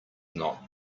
not